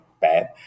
bad